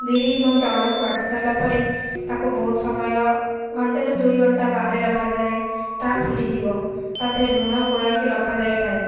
ବିରି ଏବଂ ଚାଉଳକୁ ବାଟି ସାରିଲା ପରେ ତାକୁ ବହୁତ ସମୟ ଘଣ୍ଟେ ରୁ ଦୁଇ ଘଣ୍ଟା ବାହାରେ ରଖାଯାଏ ତାହା ଫୁଲିଯିବ ତା ଦେହରେ ଲୁଣ ଗୋଳା ହୋଇକି ରଖାଯାଇଥାଏ